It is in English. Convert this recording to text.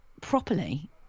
properly